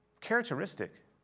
characteristic